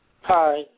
Hi